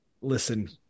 listen